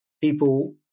people